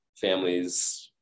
families